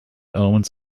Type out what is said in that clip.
omens